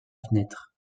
fenêtre